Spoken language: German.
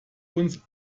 uns